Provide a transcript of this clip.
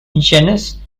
genus